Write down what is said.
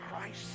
Christ